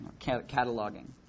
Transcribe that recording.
cataloging